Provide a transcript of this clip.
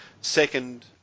second